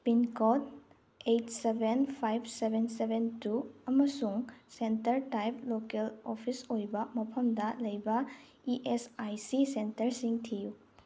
pincode eight seven five seven seven two ꯑꯃꯁꯨꯡ centre type local office ꯑꯣꯏꯕ ꯃꯐꯝꯗ ꯂꯩꯕ ꯏ ꯑꯦꯁ ꯑꯥꯏ ꯁꯤ ꯁꯦꯟꯇ꯭ꯔꯁꯤꯡ ꯊꯤꯌꯨ